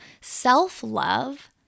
self-love